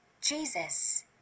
Jesus